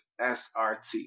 SRT